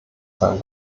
sein